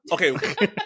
Okay